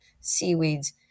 seaweeds